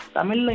Tamil